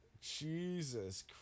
Jesus